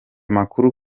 makuru